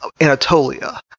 Anatolia